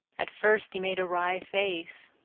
at first he made a wry face,